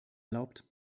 erlaubt